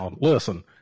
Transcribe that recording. Listen